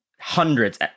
hundreds